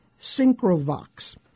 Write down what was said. Synchrovox